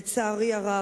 לצערי הרב.